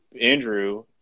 Andrew